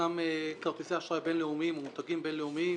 ישנם כרטיסי אשראי בין-לאומיים ממותגים בין-לאומיים